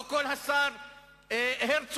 לא קול השר הרצוג,